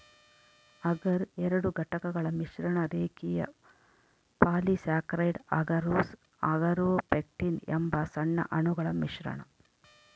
ಅಗರ್ ಎರಡು ಘಟಕಗಳ ಮಿಶ್ರಣ ರೇಖೀಯ ಪಾಲಿಸ್ಯಾಕರೈಡ್ ಅಗರೋಸ್ ಅಗಾರೊಪೆಕ್ಟಿನ್ ಎಂಬ ಸಣ್ಣ ಅಣುಗಳ ಮಿಶ್ರಣ